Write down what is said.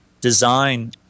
design